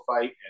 fight